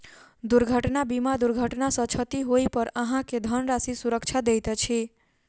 दुर्घटना बीमा दुर्घटना सॅ क्षति होइ पर अहाँ के धन सुरक्षा दैत अछि